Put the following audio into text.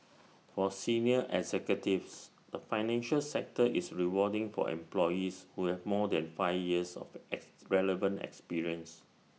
for senior executives the financial sector is rewarding for employees who have more than five years of ex relevant experience